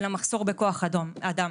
של המחסור בכוח אדם.